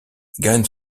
gagne